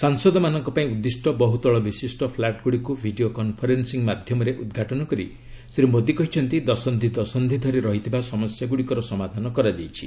ସାଂସଦମାନଙ୍କ ପାଇଁ ଉଦ୍ଦିଷ୍ଟ ବହୁତଳ ବିଶିଷ୍ଟ ଫ୍ଲାଟ୍ଗୁଡ଼ିକୁ ଭିଡ଼ିଓ କନ୍ଫରେନ୍ଦିଂ ମାଧ୍ୟମରେ ଉଦ୍ଘାଟନ କରି ଶ୍ରୀ ମୋଦି କହିଛନ୍ତି ଦଶନ୍ଧି ଦଶନ୍ଧି ଧରି ରହିଥିବା ସମସ୍ୟାଗୁଡ଼ିକର ସମାଧାନ କରାଯାଇଛି